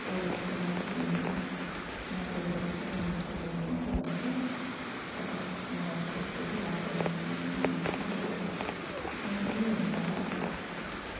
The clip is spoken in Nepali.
चौरासी लाख जुनीमा गएर मात्रै मनुष्य जुनी हुन्छ भन्छ तर मलाई चाहिँ त्यस्तो चाहिँ लाग्दैन किनभने मान्छे चाहिँ मरेर मान्छे नै हुन्छ होला अब